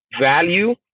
value